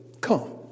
come